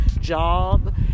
job